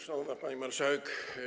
Szanowna Pani Marszałek!